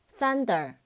Thunder